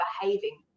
behaving